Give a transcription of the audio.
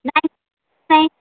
नाही